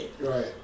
Right